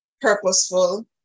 purposeful